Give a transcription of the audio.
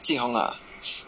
jing hong ah